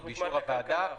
באישור הוועדה,